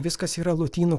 viskas yra lotynų